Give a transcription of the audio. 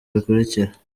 bikurikira